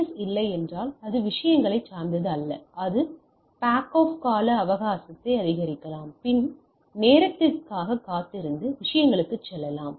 S இல்லை என்றால் அது விஷயங்களைச் சார்ந்தது அல்ல அது பாக்ஆஃப் கால அவகாசத்தை அதிகரிக்கலாம் பின் நேரத்திற்கு காத்திருந்து விஷயங்களுக்கு செல்லலாம்